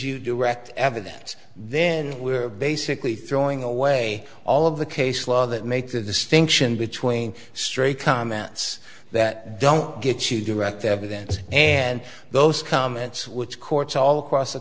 you direct evidence then we're basically throwing away all of the case law that makes a distinction between straight comments that don't get to direct evidence and those comments which courts all across the